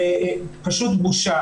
פשוט בושה.